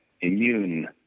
immune